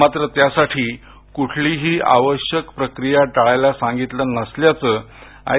मात्र त्यासाठी कुठलीही आवश्यक प्रक्रिया टाळायला सांगितलं नसल्याचं आय